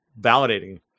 validating